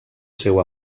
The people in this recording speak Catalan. seu